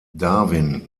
darwin